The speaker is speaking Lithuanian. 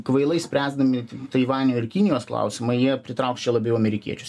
kvailai spręsdami taivanio ir kinijos klausimą jie pritrauks čia labiau amerikiečių